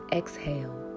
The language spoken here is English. exhale